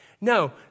No